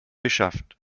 beschafft